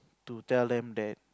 to tell them that